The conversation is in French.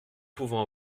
pouvons